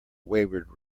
wayward